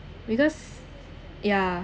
because ya